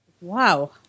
Wow